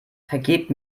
vergebt